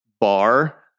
bar